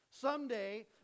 Someday